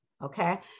okay